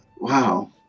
wow